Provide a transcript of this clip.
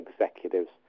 executives